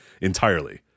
entirely